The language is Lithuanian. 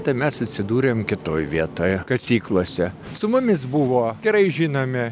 tai mes atsidūrėm kitoj vietoje kasyklose su mumis buvo gerai žinomi